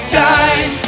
time